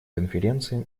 конференции